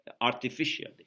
artificially